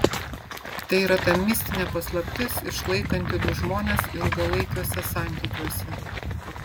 tai yra ta mistinė paslaptis išlaikanti du žmones ilgalaikiuose santykiuose